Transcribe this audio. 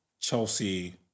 Chelsea